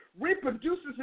reproduces